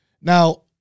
Now